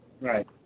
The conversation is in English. Right